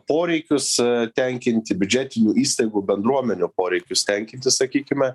poreikius tenkinti biudžetinių įstaigų bendruomenių poreikius tenkinti sakykime